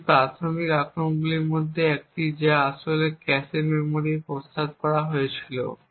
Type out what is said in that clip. এটি প্রাথমিক আক্রমণগুলির মধ্যে একটি যা আসলে ক্যাশে মেমরির জন্য প্রস্তাব করা হয়েছিল